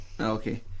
Okay